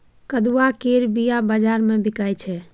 कदुआ केर बीया बजार मे बिकाइ छै